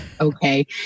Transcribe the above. Okay